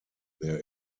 there